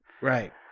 Right